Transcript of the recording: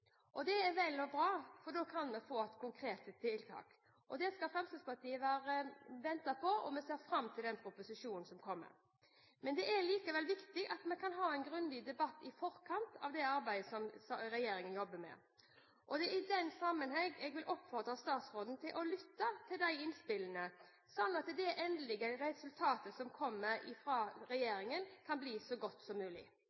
proposisjon. Det er vel og bra, for da kan vi få konkrete tiltak. Det har Fremskrittspartiet ventet på, og vi ser fram til at proposisjonen kommer. Det er likevel viktig at vi har en grundig debatt i forkant av det som regjeringen jobber med. I den sammenheng vil jeg oppfordre statsråden til å lytte til disse innspillene, slik at det endelige resultatet som kommer